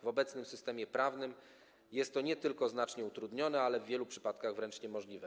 W obecnym systemie prawnym jest to nie tylko znacznie utrudnione, ale w wielu przypadkach wręcz niemożliwe.